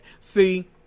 See